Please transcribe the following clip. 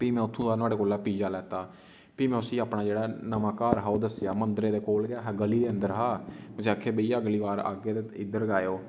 फ्ही में उत्थुं दा नोहाड़े कोला पिज़्ज़ा लैता फ्ही में उसी अपने जेह्ड़ा नमां घर हा ओह् दस्सेआ मंदरे दे कोल गै हा ग'ली दे अंदर हा में उसी आखेआ भईया अगली बार आह्गे ते इद्धर गै आएयो